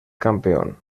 campeón